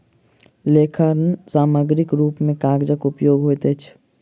लेखन सामग्रीक रूप मे कागजक उपयोग होइत अछि